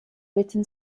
written